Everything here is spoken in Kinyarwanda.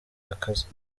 akazi